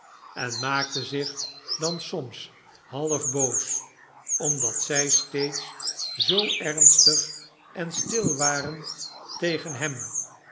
hadden enmaakte zich dan soms half boos omdat zij steeds zoo ernstig en stil waren tegen hem